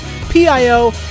PIO